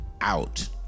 out